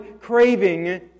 craving